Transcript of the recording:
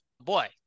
boy